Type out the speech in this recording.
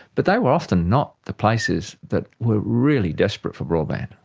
but they were often not the places that were really desperate for broadband.